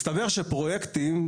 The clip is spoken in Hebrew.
מסתבר שפרויקטים,